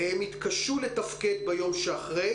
הם יתקשו לתפקד ביום שאחרי,